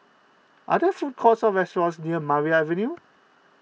are there food courts or restaurants near Maria Avenue